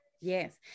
Yes